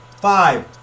Five